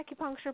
acupuncture